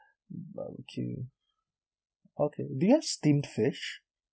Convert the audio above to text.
barbecue okay do you have steamed fish